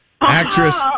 actress